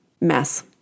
mess